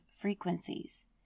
frequencies